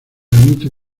amito